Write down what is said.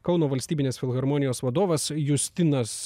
kauno valstybinės filharmonijos vadovas justinas